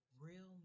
real